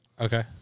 Okay